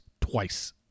twice